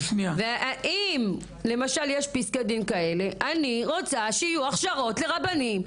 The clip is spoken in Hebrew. ואם למשל יש פסקי דין כאלה ,אני רוצה שיהיו הכשרות לרבנים,